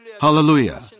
Hallelujah